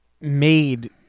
made